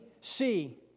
see